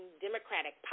democratic